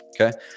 Okay